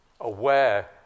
aware